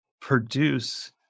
produce